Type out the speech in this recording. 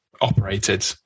operated